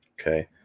Okay